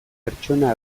pertsona